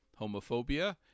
homophobia